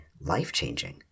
life-changing